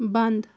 بنٛد